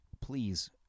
please